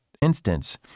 instance